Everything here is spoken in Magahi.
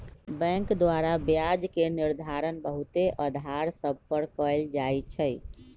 बैंक द्वारा ब्याज के निर्धारण बहुते अधार सभ पर कएल जाइ छइ